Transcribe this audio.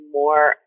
more